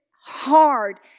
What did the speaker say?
hard